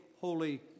holy